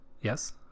Yes